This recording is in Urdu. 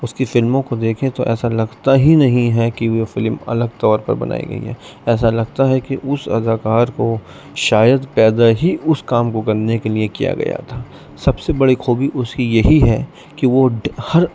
اس کی فلموں کو دیکھیں تو ایسا لگتا ہی نہیں ہے کہ وہ فلم الگ طور پر بنائی گئی ہے ایسا لگتا ہے کہ اس اداکار کو شاید پیدا ہی اس کام کو کرنے کے لیے کیا گیا تھا سب سے بڑی خوبی اس کی یہی ہے کہ وہ ہر